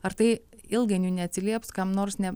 ar tai ilgainiui neatsilieps kam nors ne